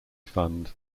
fund